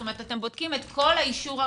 זאת אומרת אתם בודקים את כול האישור הראשוני.